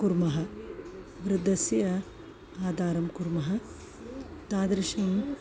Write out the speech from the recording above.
कुर्मः वृद्धस्य आदरं कुर्मः तादृशम्